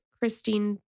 Christine